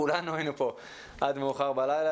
כולנו היינו פה עד מאוחר בלילה